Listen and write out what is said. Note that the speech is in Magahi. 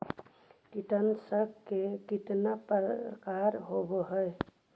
कीटनाशक के कितना प्रकार होव हइ?